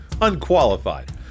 unqualified